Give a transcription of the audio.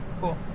Cool